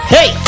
Hey